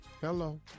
Hello